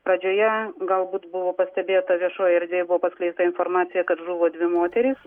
pradžioje galbūt buvo pastebėta viešoj erdvėj buvo paskleista informacija kad žuvo dvi moterys